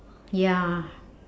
ya